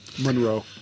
Monroe